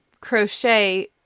crochet